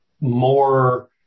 more